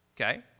okay